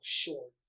short